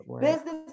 business